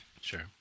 Sure